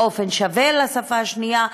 באופן שווה לשפה השנייה,